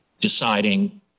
deciding